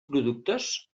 productes